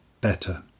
better